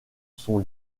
son